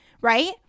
right